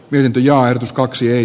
myyntijoha tuskaksi ei